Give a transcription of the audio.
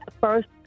First